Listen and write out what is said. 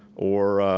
or